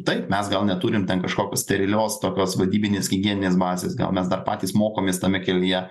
taip mes gal neturim ten kažkokios sterilios tokios vadybinės higieninės bazės gal mes dar patys mokomės tame kelyje